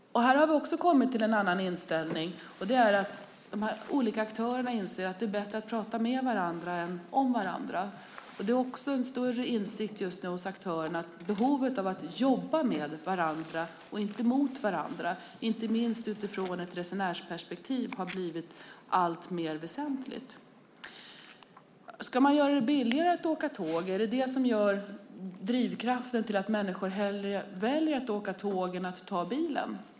Här har vi också kommit till en annan inställning, och det är att de olika aktörerna inser att det är bättre att prata med varandra än om varandra. Det finns också en större insikt hos aktörerna att behovet av att jobba med varandra och inte mot varandra, inte minst utifrån ett resenärsperspektiv, har blivit alltmer väsentligt. Ska man göra det billigare att åka tåg? Är detta drivkraften som gör att människor hellre väljer att åka tåg än att ta bilen?